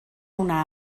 una